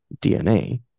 dna